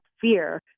fear